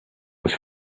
was